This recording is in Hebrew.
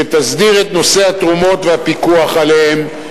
שתסדיר את נושא התרומות והפיקוח עליהן,